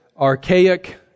archaic